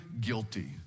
guilty